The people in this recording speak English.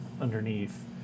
underneath